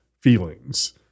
feelings